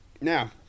Now